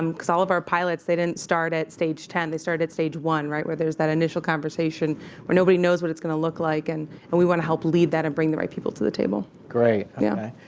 um because all of our pilots, they didn't start at stage ten. they start at stage one right? where there's that initial conversation where nobody knows what it's going to look like. and and we want to help lead that and bring the right people to the table. great. yeah. okay.